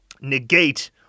negate